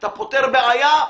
אתה פותר בעיה,